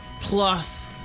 plus